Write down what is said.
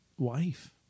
Wife